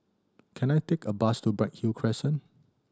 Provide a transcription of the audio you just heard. can I take a bus to Bright Hill Crescent